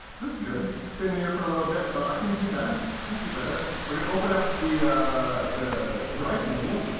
this is good. it's been there for a little bit, but i can do better, i can do better. we're going to open up the the device menu,